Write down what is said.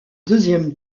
deuxième